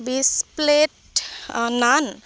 বিছ প্লেট নান